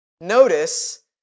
Notice